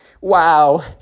Wow